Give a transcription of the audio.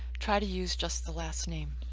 try to use just the last name.